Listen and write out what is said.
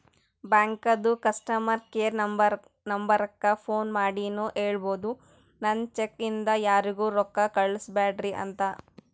ಬ್ಯಾಂಕದು customer care ನಂಬರಕ್ಕ phone ಮಾಡಿನೂ ಹೇಳ್ಬೋದು, ನನ್ ಚೆಕ್ ಇಂದ ಯಾರಿಗೂ ರೊಕ್ಕಾ ಕೊಡ್ಬ್ಯಾಡ್ರಿ ಅಂತ